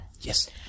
Yes